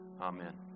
Amen